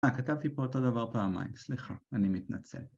אה, כתבתי פה אותו דבר פעמיים, סליחה, אני מתנצל